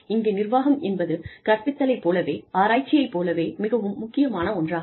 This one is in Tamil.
இங்கே நிர்வாகம் என்பது கற்பித்தலைப் போலவே ஆராய்ச்சியைப் போலவே மிகவும் முக்கியமான ஒன்றாகும்